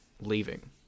leaving